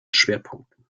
schwerpunkten